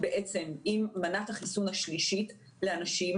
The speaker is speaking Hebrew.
בעצם עם מנת החיסון השלישית לאנשים,